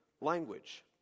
language